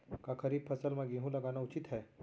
का खरीफ फसल म गेहूँ लगाना उचित है?